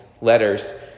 letters